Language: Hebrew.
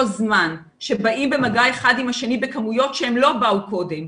זמן שבאים במגע אחד עם השני בכמויות שהם לא באו קודם,